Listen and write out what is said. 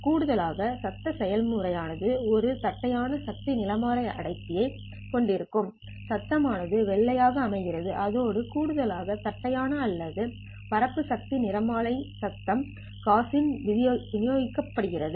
கூடுதலாக சத்தம் செயல்முறை ஆனது ஒரு தட்டையான சக்தி நிறமாலை அடர்த்தி யைக் கொண்டிருந்தால் சத்தம் ஆனது வெள்ளையாக அமைகிறது அதோடு கூடுதலாக தட்டையான அல்லது பரந்த சக்தி நிறமாலை அடர்த்தி சத்தம் காஸியன் விநியோகிக்கப்பட்டது எனப்படும்